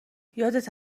یادت